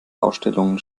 ausstellungen